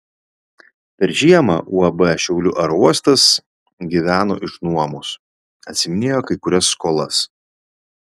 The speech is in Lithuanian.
per žiemą uab šiaulių aerouostas gyveno iš nuomos atsiiminėjo kai kurias skolas